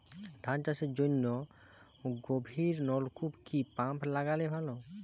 ধান চাষের জন্য গভিরনলকুপ কি পাম্প লাগালে ভালো?